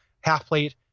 half-plate